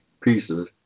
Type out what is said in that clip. pieces